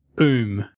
oom